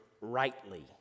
rightly